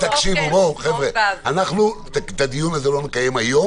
את הדיון הזה לא נקיים היום.